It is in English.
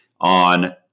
on